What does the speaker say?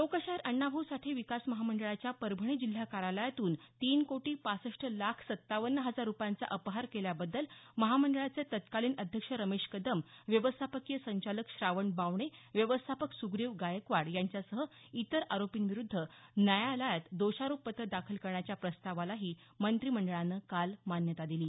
लोकशाहीर अण्णाभाऊ साठे विकास महामंडळाच्या परभणी जिल्हा कार्यालयातून तीन कोटी पासष्ट लाख सत्तावन्न हजार रुपयांचा अपहार केल्याबद्दल महामंडळाचे तत्कालीन अध्यक्ष रमेश कदम व्यवस्थापकीय संचालक श्रावण बावणे व्यवस्थापक सुग्रीव गायकवाड यांच्यासह इतर आरोपींविरुद्ध न्यायालयात दोषारोपपत्र दाखल करण्याच्या प्रस्तावालाही मंत्रिमंडळानं काल मान्यता दिली